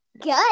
Good